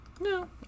No